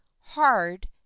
hard